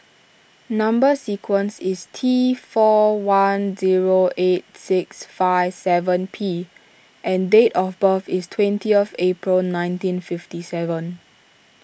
Number Sequence is T four one zero eight six five seven P and date of birth is twentieth April nineteen fifty seven